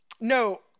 No